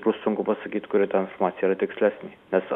bus sunku pasakyt kuri ta informacija yra tikslesnė nes